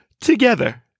Together